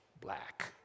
black